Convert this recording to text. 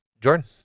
Jordan